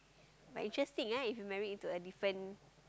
but interesting eh if you marry into a different